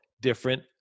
different